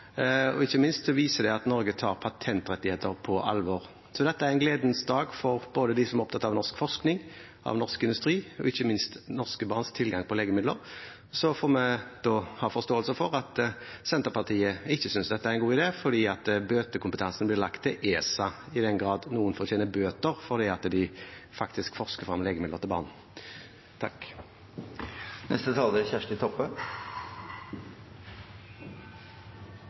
og ikke minst viser det at Norge tar patentrettigheter på alvor. Så dette er en gledens dag for både dem som er opptatt av norsk forskning, norsk industri og ikke minst norske barns tilgang på legemidler. Så må vi ha forståelse for at Senterpartiet ikke synes dette er en god idé fordi bøteleggingskompetansen blir lagt til ESA – i den grad noen fortjener bøter fordi de forsker frem legemidler for barn. Senterpartiet kjem til å stemma imot denne proposisjonen. Sjølv om han er